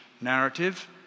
narrative